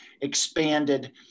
expanded